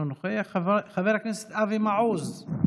אינו נוכח, חבר הכנסת אבי מעוז,